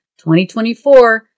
2024